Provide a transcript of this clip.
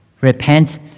Repent